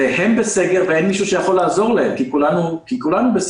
הם בסגר ואין מי שיכול לעזור להם כי כולנו בסגר.